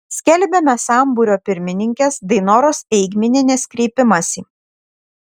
skelbiame sambūrio pirmininkės dainoros eigminienės kreipimąsi